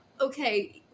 okay